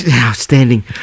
Outstanding